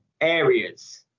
areas